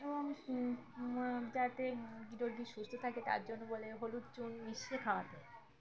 এবং যাতে সুস্থ থাকে তার জন্য বলে হলুদ চুন মিশিয়ে খাওয়াতে